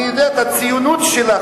אני יודע את הציונות שלך,